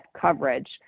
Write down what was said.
coverage